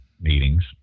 meetings